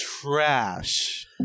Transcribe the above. trash